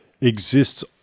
exists